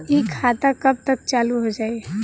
इ खाता कब तक चालू हो जाई?